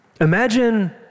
Imagine